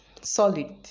solid